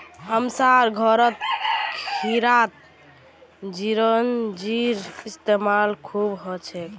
हमसार घरत खीरत चिरौंजीर इस्तेमाल खूब हछेक